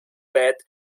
bed